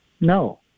No